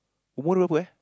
tomorrow where